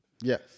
Yes